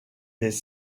des